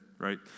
right